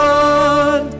God